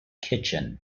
kitchen